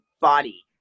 body